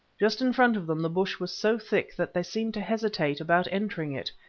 just in front of them the bush was so thick that they seemed to hesitate about entering it,